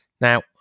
now